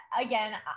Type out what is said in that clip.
again